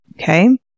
Okay